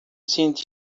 cientista